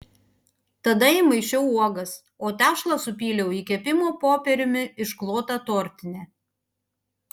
tada įmaišiau uogas o tešlą supyliau į kepimo popieriumi išklotą tortinę